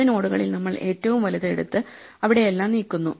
ഇടത് നോഡുകളിൽ നമ്മൾ ഏറ്റവും വലുത് എടുത്ത് അവിടെയെല്ലാം നീക്കുന്നു